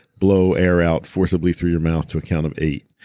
blow air out forcibly through your mouth to a count of eight.